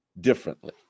differently